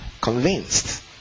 convinced